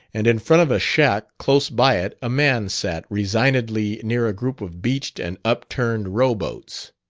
and in front of a shack close by it a man sat resignedly near a group of beached and upturned row-boats.